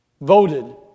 voted